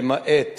למעט